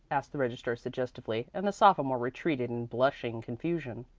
asked the registrar suggestively, and the sophomore retreated in blushing confusion.